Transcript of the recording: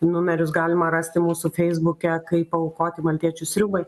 numerius galima rasti mūsų feisbuke kaip aukoti maltiečių sriubai